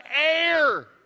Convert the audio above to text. air